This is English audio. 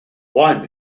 wine